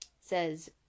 Says